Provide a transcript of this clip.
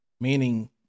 meaning